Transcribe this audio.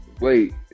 wait